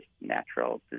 natural